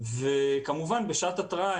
וכמובן בשעת התראה.